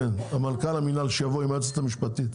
שמנכ"ל המינהל יבוא עם היועצת המשפטית.